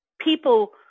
people